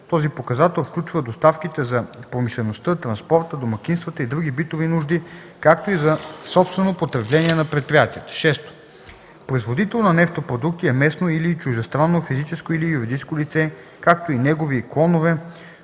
Този показател включва доставките за промишлеността, транспорта, домакинствата и други битови нужди, както и за собствено потребление на предприятията. 6. „Производител на нефтопродукти” е местно или чуждестранно физическо или юридическо лице, както и негови клонове,